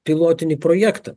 pilotinį projektą